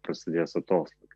prasidės atoslūgis